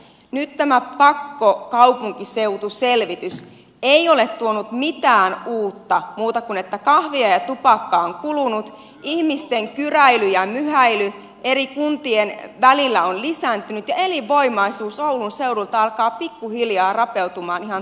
nyt tämä pakkokaupunkiseutuselvitys ei ole tuonut mitään uutta vain kahvia ja tupakkaa on kulunut ihmisten kyräily ja myhäily eri kuntien välillä on lisääntynyt ja elinvoimaisuus oulun seudulla alkaa pikkuhiljaa rappeutumaan ihan toden teolla